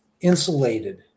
insulated